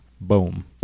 Boom